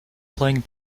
playing